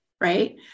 right